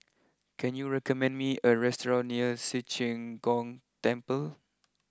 can you recommend me a restaurant near Ci Zheng Gong Temple